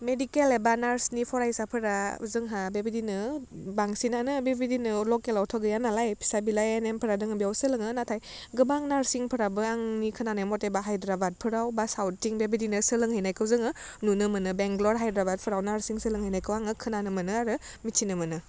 medical एबा नार्सनि फरायसाफोरा जोंहा बेबायदिनो बांसिनानो बेबायदिनो लकेलावथ' गैया नालाय फिसा बिलाइ नेमफोरा दङ बेयाव सोलोङो नाथाय गोबां नार्सिंफोराबो आंनि खोनानाय मथेबा हाइद्राबादफोराव बा साउटथिं बेबायदिनो सोलोंहैनायखौ जोङो नुनो मोनो बेंग्लर हाइद्राबादफोराव नार्सिं सोलोंहैनायखौ आङो खोनानो मोनो आरो मिथिनो मोनो